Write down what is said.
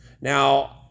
Now